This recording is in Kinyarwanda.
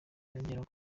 yongeraho